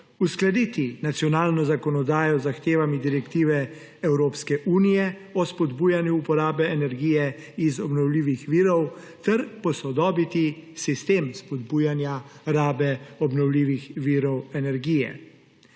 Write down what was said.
uskladiti nacionalno zakonodajo z zahtevami direktive Evropske unije o spodbujanju uporabe energije iz obnovljivih virov ter posodobiti sistem spodbujanja rabe obnovljivih virov energije.